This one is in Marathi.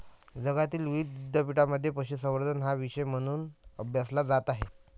जगातील विविध विद्यापीठांमध्ये पशुसंवर्धन हा विषय म्हणून अभ्यासला जात आहे